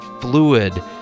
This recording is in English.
fluid